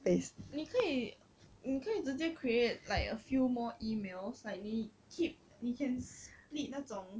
你可以你可以直接 create like a few more emails like 你 keep 你 can split 那种